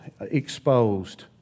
exposed